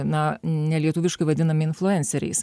na nelietuviškai vadinami influenceriais